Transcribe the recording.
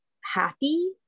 happy